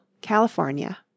California